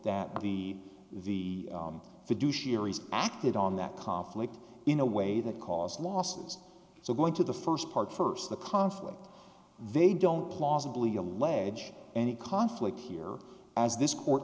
that the the fiduciary acted on that conflict in a way that caused losses so going to the first part first the conflict they don't plausibly allege any conflict here as this court